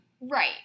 Right